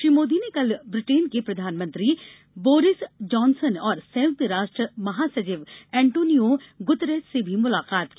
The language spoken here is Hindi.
श्री मोदी ने कल ब्रिटेन के प्रधानमंत्री बोरिस जॉनसन और संयुक्त राष्ट्र महासचिव एन्टोनियो गुतरेस से भी मुलाकात की